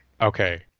Okay